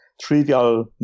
trivial